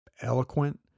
eloquent